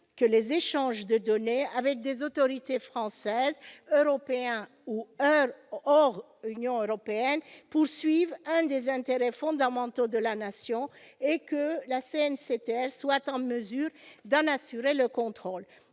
que les échanges de données avec des autorités françaises, européennes ou hors Union européenne obéissent à l'un des intérêts fondamentaux de la Nation, et que la CNCTR soit en mesure d'en assurer le contrôle.